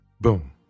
Boom